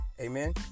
Amen